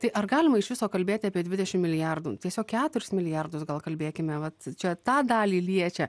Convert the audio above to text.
tai ar galima iš viso kalbėti apie dvidešim milijardų tiesiog keturis milijardus gal kalbėkime vat čia tą dalį liečia